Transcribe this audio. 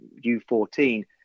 U14